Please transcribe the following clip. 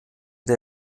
der